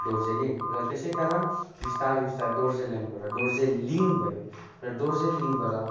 दोर्जेल्यान्ड र त्यसै कारण बिस्तारी बिस्तारी दोर्जेल्यान्डबाट दोर्जेलिङ भयो र दोर्जेलिङबाट